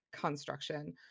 construction